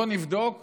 בואו נבדוק